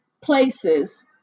places